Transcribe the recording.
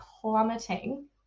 plummeting